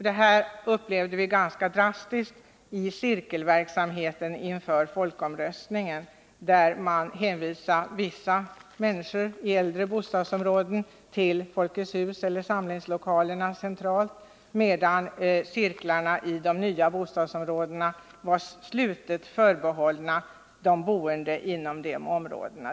Detta upplevde vi ganska drastiskt i cirkelverksamheten inför folkomröstningen, där man hänvisade människor i äldre bostadsområden till Folkets hus eller de centrala samlingslokalerna, medan cirklarna i de nya bostadsområdena var slutet förbehållna de boende inom områdena.